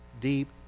deep